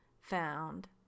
found